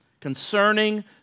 concerning